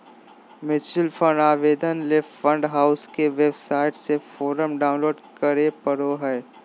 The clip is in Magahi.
म्यूचुअल फंड आवेदन ले फंड हाउस के वेबसाइट से फोरम डाऊनलोड करें परो हय